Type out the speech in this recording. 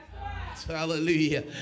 Hallelujah